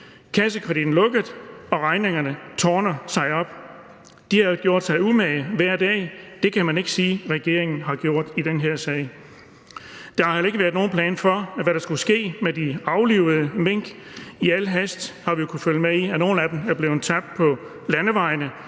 kassekreditten lukket, og regningerne tårner sig op. De har hver dag gjort sig umage. Det kan man ikke sige at regeringen har gjort i den her sag. Der har ikke været nogen plan for, hvad der skulle ske med de aflivede mink. Vi har kunne følge med i, at nogle af dem i al hast er blevet tabt på landevejene,